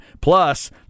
Plus